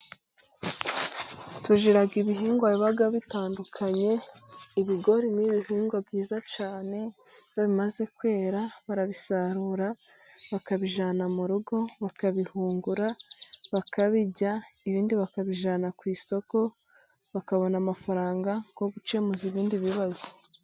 Tugira ibihingwa biba bitandukanye， ibigori ni ibihingwa byiza cyane，iyo bimaze kwera barabisarura bakabijyana mu rugo，bakabihungura，bakabirya， ibindi bakabijyana ku isoko，bakabona amafaranga yo gukemuza ibindi bibazo.